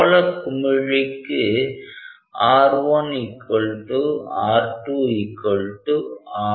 கோள குமிழிக்கு R1 R2 R